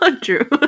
True